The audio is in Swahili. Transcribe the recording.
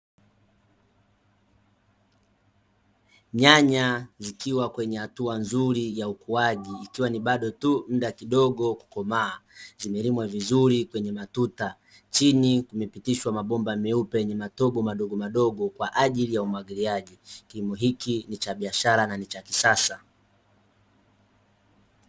Nyanya zikiwa kwenye hatua nzuri ya ukuaji ikiwa ni bado tu muda kidogo kukomaa, zimelimwa vizuri kwenye matuta. Chini kumepitishwa mabomba meupe yenye matobo madogo kwa ajili ya umwagiliaji. Kilimo hiki ni cha biashara na ni cha kisasa.